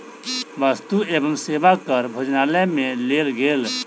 वस्तु एवं सेवा कर भोजनालय में लेल गेल